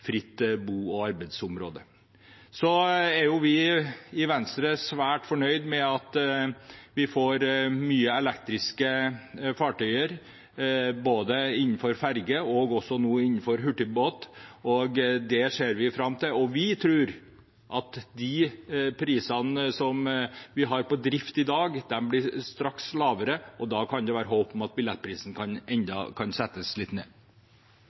Venstre svært fornøyd med at vi får mange elektriske fartøyer, både ferger og hurtigbåter, og det ser vi fram til. Vi tror at de prisene vi har på drift i dag, straks blir lavere, og da kan det være håp om at billettprisene kan settes enda litt ned.